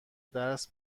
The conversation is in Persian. درس